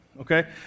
okay